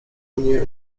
mnie